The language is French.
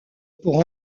pour